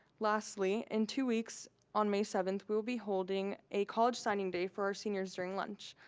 lastly, in two weeks on may seventh, we will be holding a college signing day for our seniors during lunch.